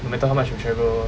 no matter how much you travel